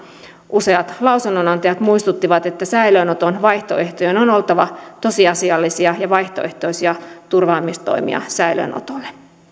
useat lausunnonantajat muistuttivat että säilöönoton vaihtoehtojen on on oltava tosiasiallisia ja vaihtoehtoisia turvaamistoimia säilöönotolle